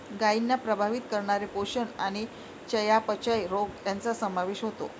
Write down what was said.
गायींना प्रभावित करणारे पोषण आणि चयापचय रोग यांचा समावेश होतो